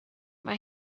mae